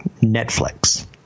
Netflix